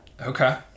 Okay